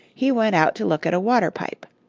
he went out to look at a water-pipe.